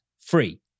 free